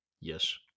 Yes